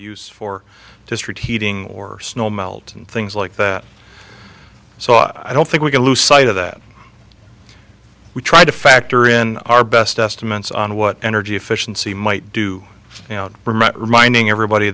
use for district heating or snow melt and things like that so i don't think we can lose sight of that we tried to factor in our best estimates on what energy efficiency might do reminding everybody